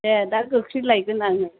दे दा गोख्रैनो लायगोन आङो